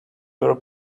were